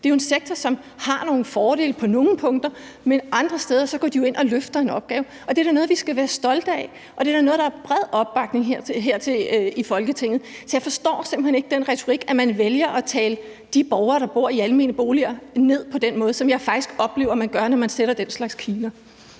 Det er jo en sektor, som har nogle fordele på nogle punkter, mens den andre steder jo går ind og løfter en opgave. Det er da noget, vi skal være stolte af, og noget, der er bred opbakning til her i Folketinget. Så jeg forstår simpelt hen ikke den retorik, hvor man vælger at tale de borgere, der bor i almene boliger, ned på den måde, som jeg faktisk oplever man gør, når man sætter den slags kiler.